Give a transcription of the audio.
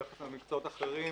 ביחס למקצועות אחרים